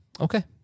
Okay